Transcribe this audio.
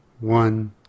one